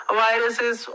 viruses